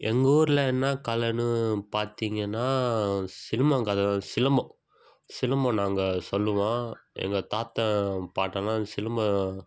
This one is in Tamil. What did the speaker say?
எங்கூரில் என்ன கலைன்னு பார்த்தீங்கன்னா சிலம்பம் கலை வந்து சிலம்பம் சிலம்பம் நாங்கள் சொல்வோம் எங்கள் தாத்தா பாட்டன்லாம் சிலம்பம்